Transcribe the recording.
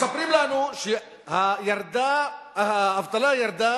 מספרים לנו שהאבטלה ירדה